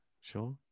Sure